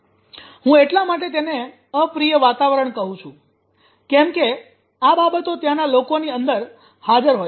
હું એટલા માટે તેને 'અપ્રિય વાતાવરણ' કહું છું કેમ કે આ બાબતો ત્યાનાં લોકોની અંદર હાજર હોય છે